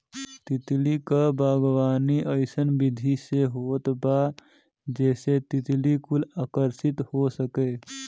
तितली क बागवानी अइसन विधि से होत बा जेसे तितली कुल आकर्षित हो सके